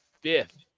fifth